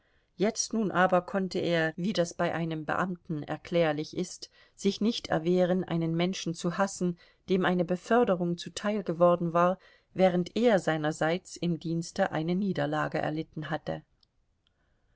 jetzt nun aber konnte er wie das bei einem beamten erklärlich ist sich nicht erwehren einen menschen zu hassen dem eine beförderung zuteil geworden war während er seinerseits im dienste eine niederlage erlitten hatte